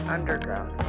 Underground